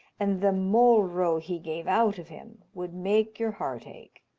and the moll-row he gave out of him would make your heart ache.